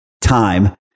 time